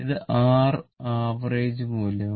ഇത് rav മൂല്യമാണ്